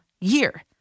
year